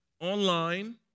online